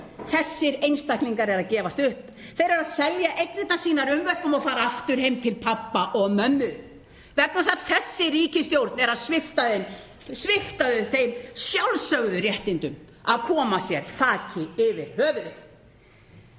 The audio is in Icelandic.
Þessir einstaklingar eru að gefast upp. Þeir eru að selja eignirnar sínar unnvörpum og fara aftur heim til pabba og mömmu, vegna þess að þessi ríkisstjórn er að svipta þá þeim sjálfsögðu réttindum að koma sér þaki yfir höfuðið.